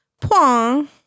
Pong